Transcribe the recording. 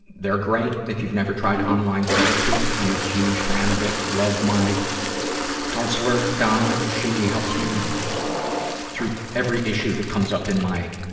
they're great, if you've never tried online therapy. i'm a huge fan of it. love my counselor, donna. she helps me through every issue that comes up in my,